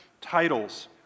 titles